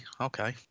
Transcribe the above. okay